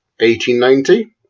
1890